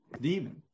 demon